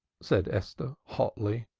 said esther hotly.